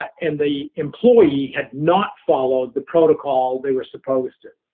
and the employee had not followed the protocol they were supposed to.